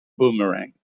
boomerang